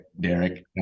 Derek